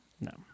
No